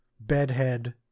bedhead